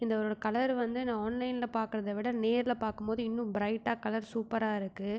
இந்தனோட colour வந்து நான் ஆன்லைனில் பார்க்கறதவிட நேரில் பார்க்கும்போது இன்னும் ப்ரைட்டாக கலர் சூப்பராக இருக்குது